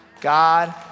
God